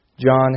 John